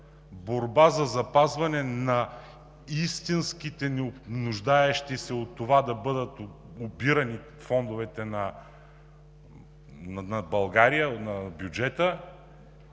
борба за запазване на истински нуждаещите се от това да бъдат обирани фондовете на България, на бюджета,